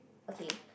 okay